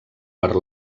per